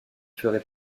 ferait